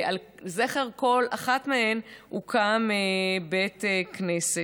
ולזכר כל אחת מהן הוקם בית כנסת.